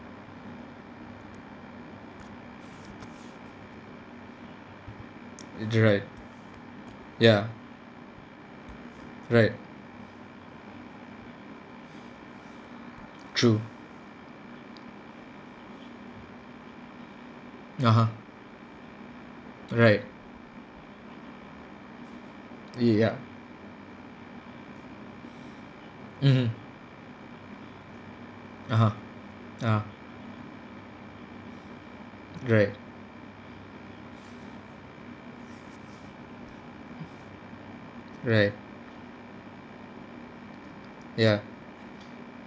you're right ya right true (uh huh) right y~ ya mmhmm (uh huh) (uh huh) right right ya